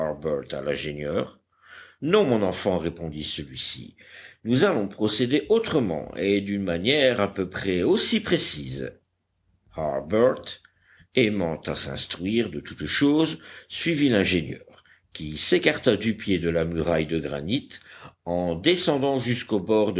à l'ingénieur non mon enfant répondit celui-ci nous allons procéder autrement et d'une manière à peu près aussi précise harbert aimant à s'instruire de toutes choses suivit l'ingénieur qui s'écarta du pied de la muraille de granit en descendant jusqu'au bord